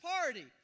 party